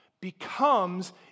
becomes